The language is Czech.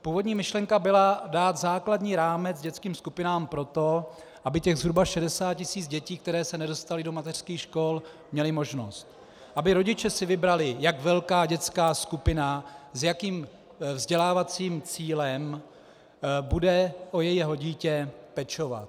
Původní myšlenka byla dát základní rámec dětským skupinám proto, aby těch 60 tisíc dětí, které se nedostaly do mateřských škol, mělo možnost, aby si rodiče vybrali, jak velká dětská skupina, s jakým vzdělávacím cílem bude o jejich dítě pečovat.